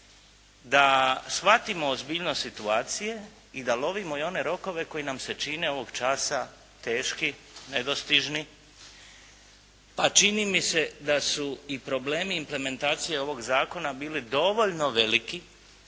da shvatimo ozbiljnost situacije i da lovimo i one rokove koji nam se čine ovog časa teški, nedostižni, pa čini mi se da su i problemi implementacije ovog zakona bili dovoljno veliki,